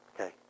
okay